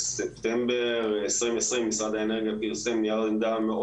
בספטמבר 2020 משרד האנרגיה פרסם נייר עמדה מאוד